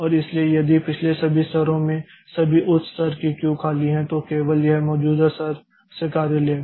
और इसलिए यदि पिछले सभी स्तरों में सभी उच्च स्तर की क्यू खाली हैं तो केवल यह मौजूदा स्तर से कार्य लेगा